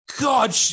God